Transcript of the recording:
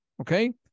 okay